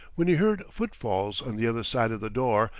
when he heard footfalls on the other side of the door,